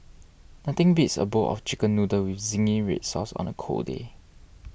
nothing beats a bowl of Chicken Noodles with Zingy Red Sauce on a cold day